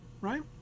Right